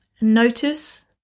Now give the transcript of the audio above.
Notice